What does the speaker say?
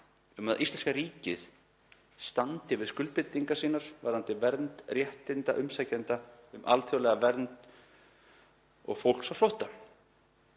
um að íslenska ríkið standi við skuldbindingar sínar varðandi vernd réttinda umsækjenda um alþjóðlega vernd og fólks á flótta.